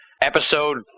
Episode